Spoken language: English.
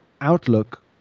outlook